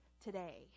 today